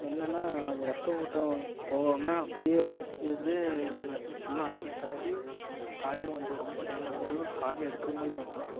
என்னன்னா அது ரத்த ஓட்டம் போகாமல் அப்படியே இருந்து விஷம் ஃபுல்லாக அங்கேயே பரவி காலே வந்து ரொம்ப டேமேஜாகி ஒரு காலே எடுக்கிற மாதிரி வந்துடும்